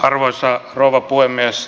arvoisa rouva puhemies